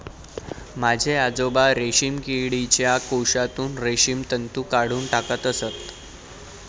माझे आजोबा रेशीम किडीच्या कोशातून रेशीम तंतू काढून टाकत असत